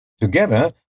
together